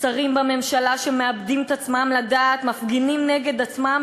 שרים בממשלה שמאבדים את עצמם לדעת מפגינים נגד עצמם,